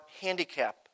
handicap